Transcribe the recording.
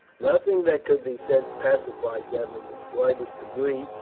nothing that could be said pacified them in the slightest degree,